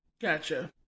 Gotcha